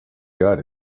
got